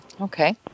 Okay